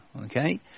Okay